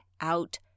out